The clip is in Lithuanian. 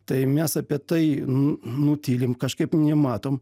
tai mes apie tai nu nutylim kažkaip nematom